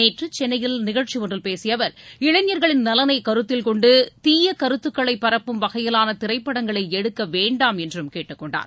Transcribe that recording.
நேற்று சென்னையில் நிகழ்ச்சி ஒன்றில் பேசிய அவர் இளைஞர்களின் நலனை கருத்தில் கொண்டு தீய கருத்துக்களைப் பரப்பும் வகையிலான திரைப்படங்களை எடுக்க வேண்டாம் என்றும் கேட்டுக் கொண்டார்